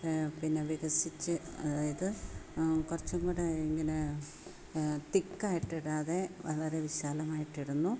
പിന്നെ വികസിച്ച് അതായത് കുറച്ചും കൂടി ഇങ്ങനെ തിക്കായിട്ടിടാതെ വളരെ വിശാലമായിട്ടിടുന്നു